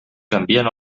canvien